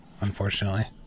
unfortunately